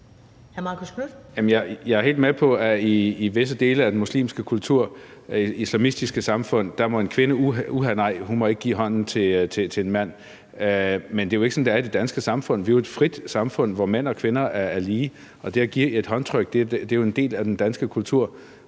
Jeg er helt med på, at i visse dele af den muslimske kultur i islamistiske samfund må en kvinde, uha nej, ikke give hånd til en mand, men det er jo ikke sådan, det er i det danske samfund. Vi er jo et frit samfund, hvor mænd og kvinder er lige, og det at give et håndtryk er jo en del af den danske kultur,